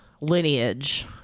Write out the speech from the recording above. lineage